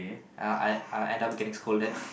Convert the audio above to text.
uh I'll I'll end up getting scolded